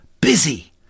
busy